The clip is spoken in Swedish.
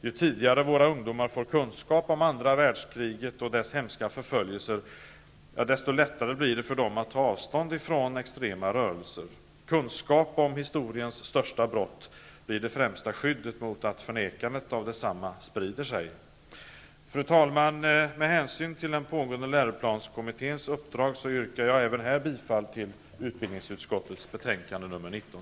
Ju tidigare våra ungdomar får kunskap om andra världskriget och dess hemska förföljelser, desto lättare blir det för dem att ta avstånd från extrema rörelser. Kunskap om historiens största brott blir det främsta skyddet mot att förnekandet av detsamma sprider sig. Fru talman! Med hänsyn till den pågående läroplanskommitténs uppdrag yrkar jag även här bifall till hemställan i utbildningsutskottets betänkande nr 19.